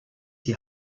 die